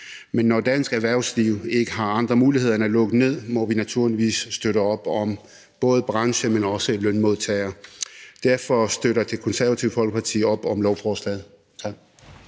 men når dansk erhvervsliv ikke har andre muligheder end at lukke ned, må vi naturligvis støtte op om både branche, men også lønmodtager. Derfor støtter Det Konservative Folkeparti op om lovforslaget.